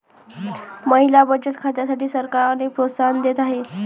महिला बचत खात्यांसाठी सरकार अनेक प्रोत्साहन देत आहे